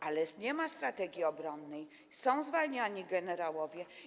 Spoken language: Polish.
Ale nie ma strategii obronnej, są zwalniani generałowie.